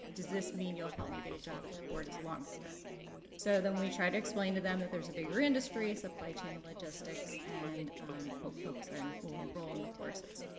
does this mean you'll help me get a job at the port as a longshoreman? so then we try to explain to them that there's a bigger industry, supply chain and logistics, and hope folks and will enroll in the courses.